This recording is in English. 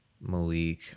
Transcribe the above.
Malik